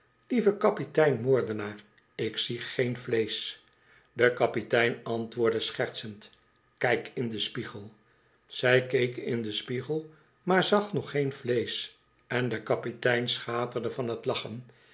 lieve kapitein moordenaar ik zie geen vleesch de kapitein antwoordde schertsend kijk in den spiegel zij keek in den spiegel maar zag nog geen vleesch en de kapitein schaterde van t lachen